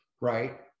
right